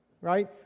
right